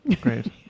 Great